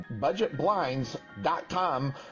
budgetblinds.com